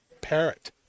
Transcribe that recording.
parrot